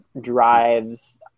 drives